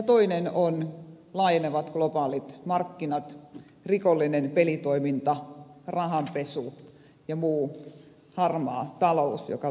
toinen ovat laajenevat globaalit markkinat rikollinen pelitoiminta rahanpesu ja muu harmaa talous joka siellä liikkuu